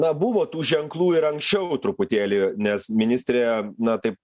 na buvo tų ženklų ir anksčiau truputėlį nes ministrė na taip